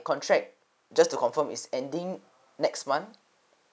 contract just to confirm is ending next month